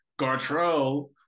Gartrell